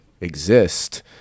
exist